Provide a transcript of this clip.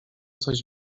coś